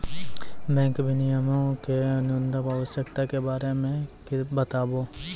bank विनियमो के न्यूनतम आवश्यकता के बारे मे बताबो